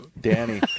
Danny